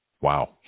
Wow